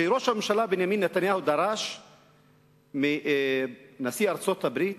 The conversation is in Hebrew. שראש הממשלה בנימין נתניהו דרש מנשיא ארצות-הברית